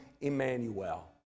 Emmanuel